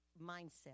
mindset